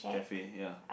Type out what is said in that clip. cafe ya